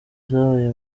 zabaye